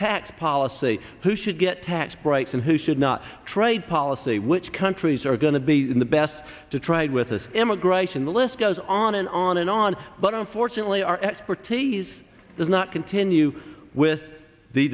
tax policy who should get tax breaks and who should not trade policy which countries are going to be the best to trade with us immigration the list goes on and on and on but unfortunately our expertise does not continue with the